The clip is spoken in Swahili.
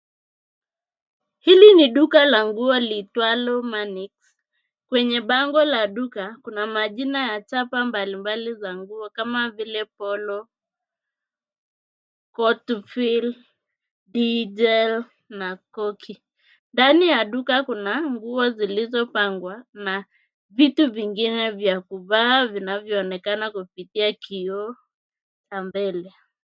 Hili ni duka la nguo liitwalo, Manniks. Kwenye bango la duka, kuna majina ya chapa mbali mbali za nguo, kama vile, Polo, Kotufill, Digel, na Koki. Ndani ya duka kuna nguo zilizopangwa na vitu vingine vya kuvaa vinavyoonekana kupitia kioo cha mbele.